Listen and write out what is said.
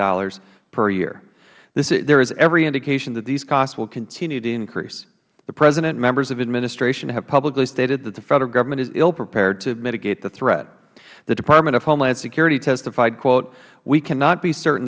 billion per year there is every indication that these costs will continue to increase the president and members of the administration have publicly stated that the federal government is ill prepared to mitigate the threat the department of homeland security testified we cannot be certain